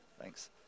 thanks